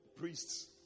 priests